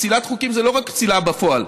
פסילת חוקים זה לא רק פסילה בפועל,